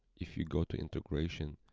if you go to integration,